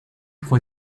fue